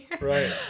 Right